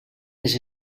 les